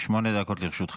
שמונה דקות לרשותך.